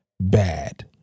bad